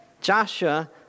Joshua